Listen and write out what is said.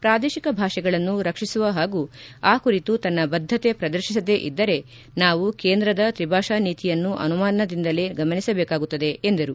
ಪ್ರಾದೇಶಿಕ ಭಾಷೆಗಳನ್ನು ರಕ್ಷಿಸುವ ಹಾಗೂ ಆ ಕುರಿತು ತನ್ನ ಬದ್ಧತೆ ಪ್ರದರ್ಶಿಸದೇ ಇದ್ದರೆ ನಾವು ಕೇಂದ್ರದ ತ್ರಿಭಾಷಾ ನೀತಿಯನ್ನು ಅನುಮಾನದಿಂದಲೇ ಗಮನಿಸಬೇಕಾಗುತ್ತದೆ ಎಂದರು